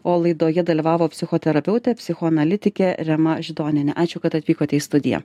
o laidoje dalyvavo psichoterapeutė psichoanalitikė rema židonienė ačiū kad atvykote į studiją